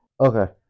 Okay